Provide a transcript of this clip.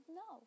no